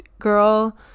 girl